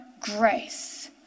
grace